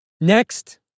Next